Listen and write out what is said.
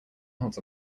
holds